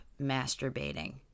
masturbating